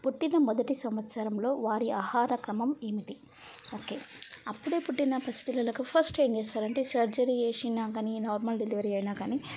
పుట్టిన మొదటి సంవత్సరంలో వారి ఆహార క్రమం ఏమిటి ఓకే అప్పుడే పుట్టిన పసి పిల్లలకు ఫస్ట్ ఏం చేస్తారంటే సర్జరీ చేసినా కానీ నార్మల్ డెలివరీ అయినా కానీ